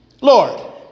Lord